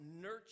nurture